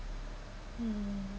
hmm